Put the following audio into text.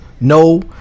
No